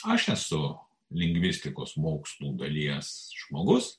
aš esu lingvistikos mokslų dalies žmogus